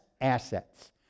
assets